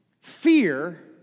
fear